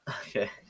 Okay